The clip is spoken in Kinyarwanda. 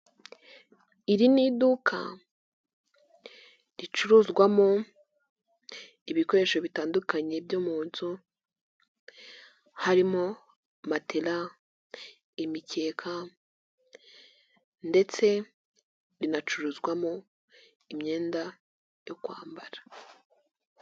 Iri n'iduka ricuruzwamo ibikoresho bitandukanye byo mu nzu harimo matela, imikeka ndetse rinacuruzwamo imyenda yo kwambara.